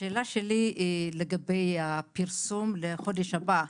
השאלה שלי היא לגבי הפרסום לחודש הבא.